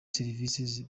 serivisi